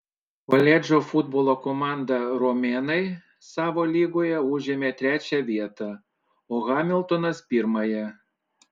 koledžo futbolo komanda romėnai savo lygoje užėmė trečią vietą o hamiltonas pirmąją